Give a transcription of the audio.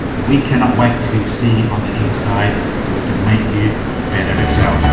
we cannot wait to see on the inside so, we can make you better at excel.